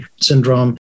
syndrome